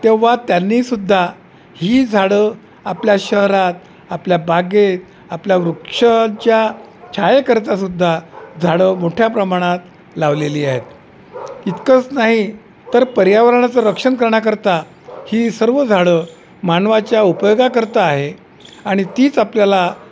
तेव्हा त्यांनीसुद्धा ही झाडं आपल्या शहरात आपल्या बागेत आपल्या वृक्षांच्या छायेकरता सुद्धा झाडं मोठ्या प्रमाणात लावलेली आहेत इतकंच नाही तर पर्यावरणाचं रक्षण करण्याकरता ही सर्व झाडं मानवाच्या उपयोगाकरता आहे आणि तीच आपल्याला